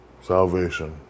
salvation